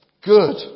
Good